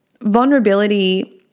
Vulnerability